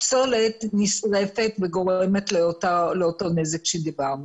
הפסולת נשרפת וגורמת לאותו נזק שדיברנו.